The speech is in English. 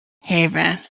Haven